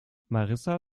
marissa